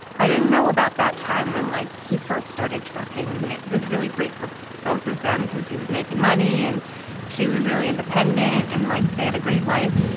i didn't know about that time when like he first started trucking and it was really great for both of them because he was making money and she was really independent and like they had a great life.